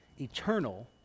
eternal